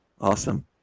awesome